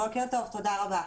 בוקר טוב, תודה רבה.